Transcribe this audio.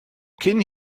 cyn